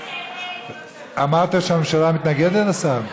אמרת שהממשלה מתנגדת, השר?